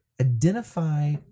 identify